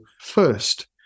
first